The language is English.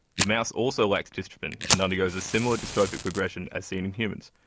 the mouse also lacks dystrophin and undergoes a similar dystrophic progression as seen in humans,